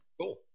Cool